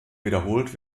wiederholt